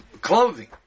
clothing